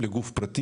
לגוף פרטי,